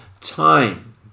time